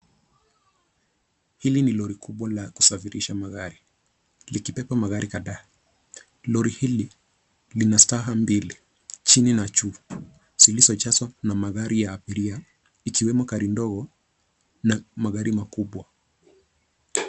Hili ni lori kubwa la kusafirisha magari likibeba magari kadhaa. Lori hili lina staha mbili chini na juu zilizojazwa na magari ya abiria ikiwemo gari ndogo na magari makubwa.